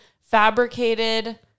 fabricated